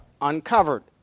uncovered